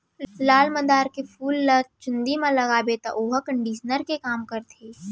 लाल मंदार के फूल ल चूंदी म लगाबे तौ वोहर कंडीसनर के काम करथे